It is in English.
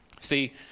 See